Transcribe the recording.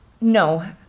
No